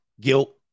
guilt